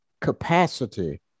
capacity